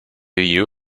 you